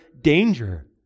danger